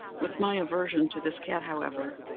with my aversion to this cat, however,